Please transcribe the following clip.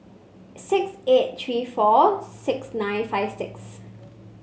six eight three four six nine five six